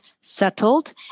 settled